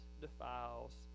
defiles